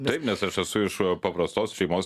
taip nes aš esu iš paprastos šeimos